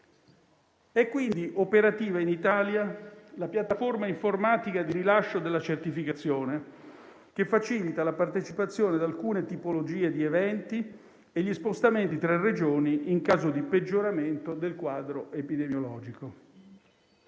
È quindi operativa in Italia la piattaforma informatica di rilascio della certificazione, che facilita la partecipazione ad alcune tipologie di eventi e gli spostamenti tra Regioni in caso di peggioramento del quadro epidemiologico.